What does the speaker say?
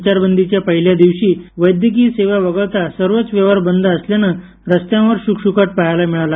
संचारबंदीच्या पहिल्या दिवशी वैद्यकीय सेवा वगळता सर्वच व्यवहार बंद असल्यानं रस्त्यांवर शुकशुकाट पहायला मिळाला